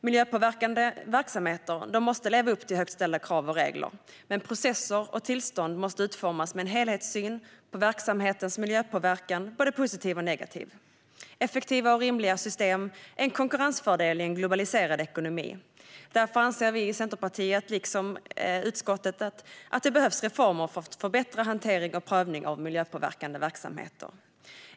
Miljöpåverkande verksamheter måste leva upp till högt ställda krav och regler, men processer och tillstånd måste utformas med en helhetssyn på verksamhetens miljöpåverkan - både positiv och negativ. Effektiva och rimliga system är en konkurrensfördel i en globaliserad ekonomi. Därför anser vi i Centerpartiet liksom utskottet att det behövs reformer för att förbättra hantering och prövning av miljöpåverkande verksamheter.